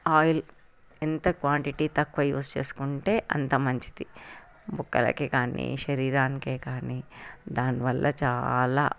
oil ఎంత quantity తక్కువ use చేసుకుంటే అంత మంచిది బొక్కలకు కానీ శరీరానికి కానీ దానివల్ల చాలా